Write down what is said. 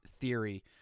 theory